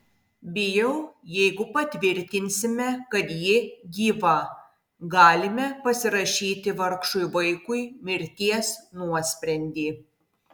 bijau jeigu patvirtinsime kad ji gyva galime pasirašyti vargšui vaikui mirties nuosprendį